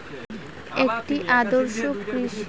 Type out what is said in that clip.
একটি আদর্শ কৃষি জমিতে কত পরিমাণ জৈব সার থাকা দরকার?